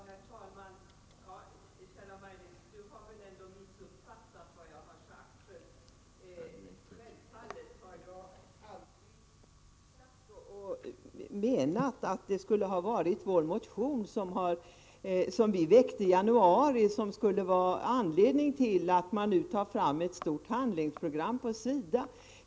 Herr talman! Maj-Lis Lööw har nog missuppfattat vad jag har sagt. Självfallet har jag aldrig sagt eller menat att det är den motion som vi väckte i januari som är anledningen till att man nu tar fram ett stort handlingsprogram på SIDA.